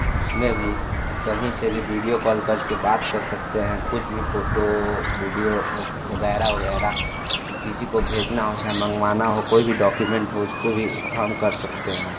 उसमें भी कहीं से भी वीडियो कॉल कर के बात कर सकते हैं कुछ भी फोटो वीडयो वगैरह वगैरह किसी को भेजना हो चाहें मंगवाना हो कोई भी डॉक्यूमेंट हो उसको भी हम कर सकते हैं